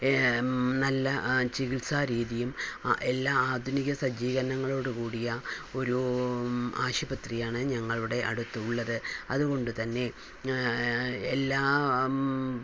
നല്ല ചികിത്സാരീതിയും എല്ലാ ആധുനിക സജ്ജീകരണങ്ങളോടു കൂടിയ ഒരു ആശുപത്രിയാണ് ഞങ്ങളുടെ അടുത്തുള്ളത് അതുകൊണ്ടുതന്നെ എല്ലാം